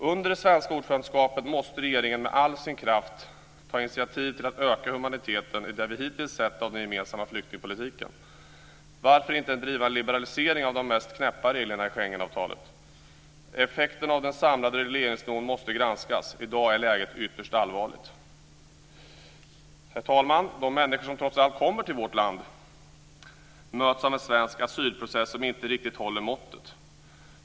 Under det svenska ordförandeskapet måste regeringen med all sin kraft ta initiativ till att öka humaniteten i det som vi hittills har sett av den gemensamma flyktingpolitiken. Varför inte driva en liberalisering av de mest knäppa reglerna i Schengenavtalet? Effekterna av den samlade regleringsnivån måste granskas. I dag är läget ytterst allvarligt. Herr talman! De människor som trots allt kommer till vårt land möts av en svensk asylprocess som inte riktigt håller måttet.